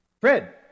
Fred